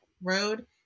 road